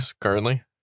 currently